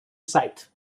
site